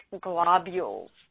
globules